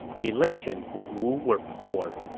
relations with wu were poor.